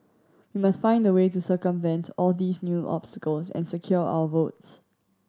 we must find a way to circumvent all these new obstacles and secure our votes